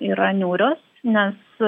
yra niūrios nes